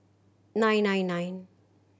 nine nine nine